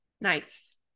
Nice